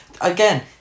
Again